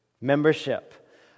membership